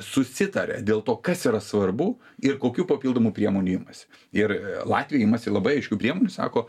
susitaria dėl to kas yra svarbu ir kokių papildomų priemonių imasi ir latvija imasi labai aiškių priemonių sako